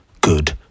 good